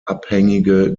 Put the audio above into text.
abhängige